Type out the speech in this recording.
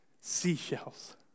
Seashells